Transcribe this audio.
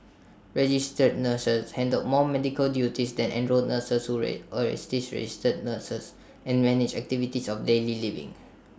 registered nurses handle more medical duties than enrolled nurses who ray assist registered nurses and manage activities of daily living